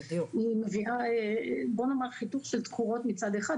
היא מביאה חיתוך של תקורות מצד אחד,